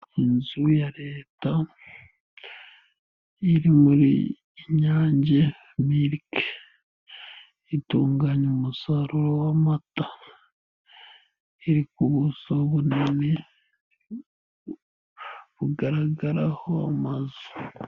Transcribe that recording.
Inzu ya leta iri muri Inyange miliki, itunganya umusaruro w'amata, iri ku buso bunini, bugaragaraho amazu.